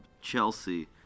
Chelsea